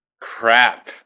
Crap